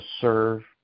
serve